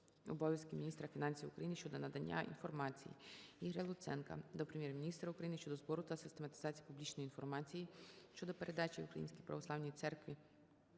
обов'язків міністра фінансів України щодо надання інформації. Ігоря Луценка до Прем'єр-міністра України щодо збору та систематизації публічної інформації щодо передачі Українській православній церкві